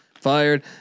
fired